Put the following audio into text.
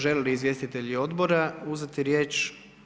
Žele li izvjestitelji odbora uzeti riječ?